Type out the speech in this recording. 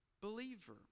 Believer